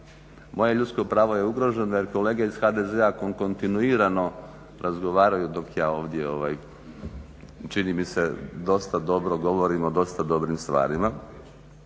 moje ljudsko pravo je ugroženo jer kolege iz HDZ-a kontinuirano razgovaraju dok ja ovdje, čini mi se dosta dobro govorim o dosta dobrim stvarima.